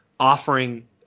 offering